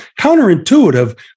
counterintuitive